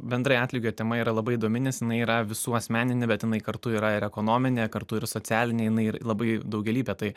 bendrai atlygio tema yra labai įdomi nes jinai yra visų asmeninė bet jinai kartu yra ir ekonominė kartu ir socialinė jinai ir labai daugialypė tai